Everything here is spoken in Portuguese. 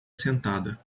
sentada